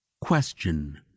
question